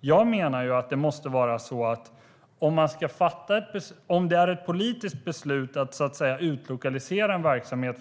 Jag menar att om det från första början är ett politiskt beslut att utlokalisera en verksamhet